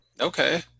Okay